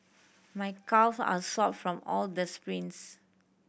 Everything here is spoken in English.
my calves are sore from all the sprints